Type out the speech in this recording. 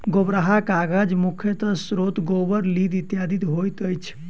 गोबराहा कागजक मुख्य स्रोत गोबर, लीद इत्यादि होइत अछि